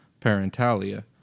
Parentalia